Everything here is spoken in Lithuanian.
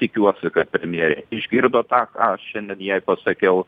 tikiuosi kad premjerė išgirdo tą ką aš šiandien jai pasakiau